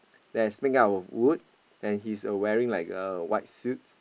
that is make up of wood and he is uh wearing like a white suit